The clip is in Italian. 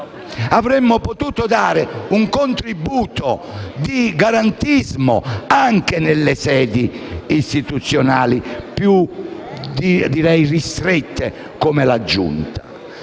avremmo potuto dare un contributo di garantismo anche nelle sedi istituzionali più ristrette come la Giunta,